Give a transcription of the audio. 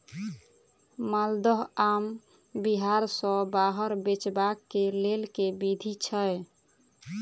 माल्दह आम बिहार सऽ बाहर बेचबाक केँ लेल केँ विधि छैय?